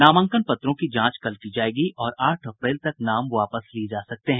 नामांकन पत्रों की जांच कल की जाएगी और आठ अप्रैल तक नाम वापस लिये जा सकते हैं